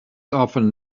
often